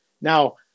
Now